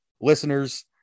listeners